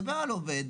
מדבר על עובד,